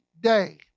day